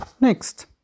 Next